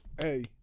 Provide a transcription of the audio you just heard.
Hey